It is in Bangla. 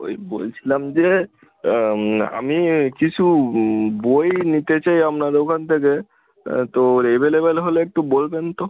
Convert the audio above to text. ওই বলছিলাম যে আমি কিছু বই নিতে চাই আমনার দোকান থেকে তো এভেলেবল হলে একটু বলবেন তো